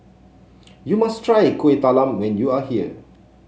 you must try Kueh Talam when you are here